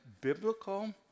biblical